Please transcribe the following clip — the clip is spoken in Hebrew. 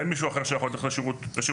אין לך מישהו אחר שיכול לתת לך את השירות הזה,